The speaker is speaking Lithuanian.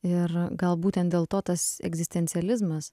ir gal būtent dėl to tas egzistencializmas